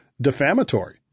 defamatory